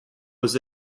was